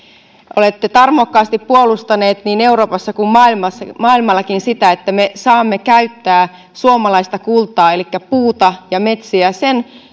olette tarmokkaasti puolustanut niin euroopassa kuin maailmallakin sitä että me saamme käyttää suomalaista kultaa elikkä puuta ja metsiä sen